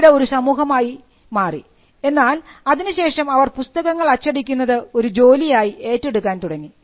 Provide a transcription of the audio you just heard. പിന്നീട് ഒരു സമൂഹമായി ആയി എന്നാൽ അതിനുശേഷം അവർ പുസ്തകങ്ങൾ അച്ചടിക്കുന്നത് ഒരു ജോലിയായി ഏറ്റെടുക്കാൻ തുടങ്ങി